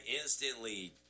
instantly